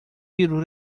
vídeo